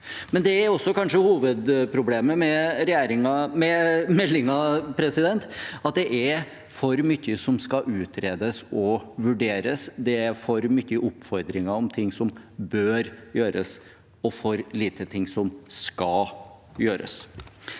det er kanskje også hovedproblemet med meldingen – at det er for mye som skal utredes og vurderes. Det er for mange oppfordringer om ting som «bør» gjøres, og for få ting som «skal» gjøres.